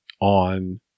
on